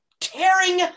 tearing